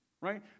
right